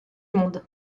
monde